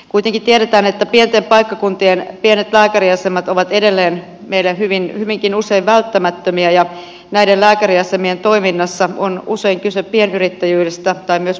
kuitenkin tiedetään että pienten paikkakuntien pienet lääkäriasemat ovat edelleen meille hyvinkin usein välttämättömiä ja näiden lääkäriasemien toiminnassa on usein kyse pienyrittäjyydestä tai myös perheyrityksistä